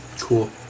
Cool